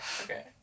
Okay